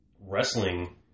wrestling